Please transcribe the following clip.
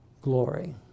glory